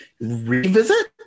revisit